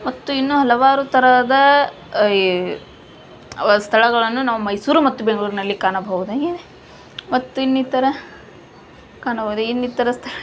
ಮತ್ತು ಇನ್ನೂ ಹಲವಾರು ತರಹದ ಸ್ಥಳಗಳನ್ನು ನಾವು ಮೈಸೂರು ಮತ್ತು ಬೆಂಗ್ಳೂರಿನಲ್ಲಿ ಕಾಣಬಹುದಾಗಿದೆ ಮತ್ತು ಇನ್ನಿತರ ಕಾಣಬಹ್ದು ಇನ್ನಿತರ ಸ್ಥಳ